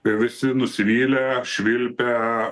kai visi nusivylė švilpia